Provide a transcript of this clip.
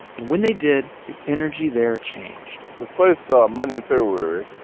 and when they did, the energy there changed the first monday in february